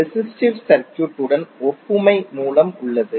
resistive circuit உடன் ஒப்புமை மூலம் உள்ளது